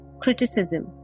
criticism